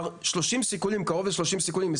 קרוב ל-30 סיכולים,